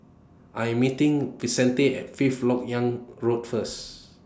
I'm meeting Vicente At Fifth Lok Yang Road First